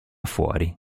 fuori